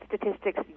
statistics